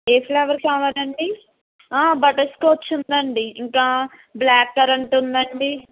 ఏ flavour కావాలి అండి butterscotch ఉంది అండి ఇంకా బ్లాక్ కరెంట్ ఉంది అండి